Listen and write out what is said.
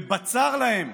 ובצר להם,